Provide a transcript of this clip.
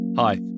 Hi